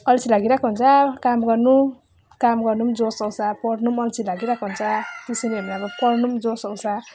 अल्छी लागिरहेको हुन्छ काम गर्नु काम गर्नु पनि जोस आउँछ पढ्नु पनि अल्छी लागिरहेको हुन्छ त्यो सुन्यो भने अब पढ्नु पनि जोस आउँछ